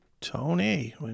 Tony